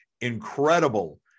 incredible